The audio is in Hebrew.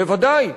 בוודאי,